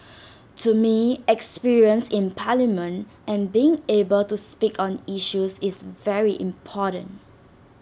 to me experience in parliament and being able to speak on issues is very important